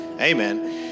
Amen